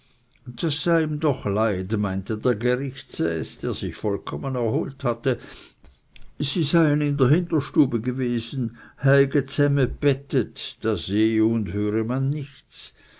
das sei ihm doch leid meinte der gerichtsäß der sich vollkommen erholt hatte sie seien in der hinterstube gewesen heige zsäme betet da sehe und höre man nichts